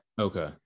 Okay